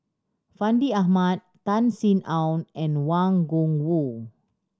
Fandi Ahmad Tan Sin Aun and Wang Gungwu